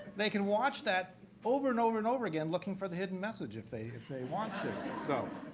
they can watch that over and over and over again looking for the hidden message if they if they want to. so